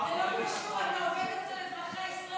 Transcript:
לרשויות המקומיות (מסירת מידע מפנקס הבוחרים